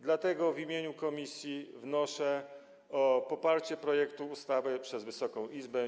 Dlatego w imieniu komisji wnoszę o poparcie projektu ustawy przez Wysoką Izbę.